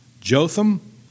Jotham